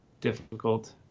difficult